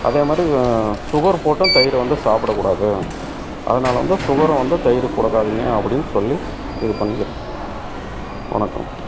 அதே மாதிரி சுகர் போட்டும் தயிர் வந்து சாப்பிடக் கூடாது அதனால் வந்து சுகரும் வந்து தயிருக்கு கொடுக்காதிங்க அப்படினு சொல்லி இது பண்ணிக்கிறேன் வணக்கம்